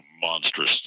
monstrous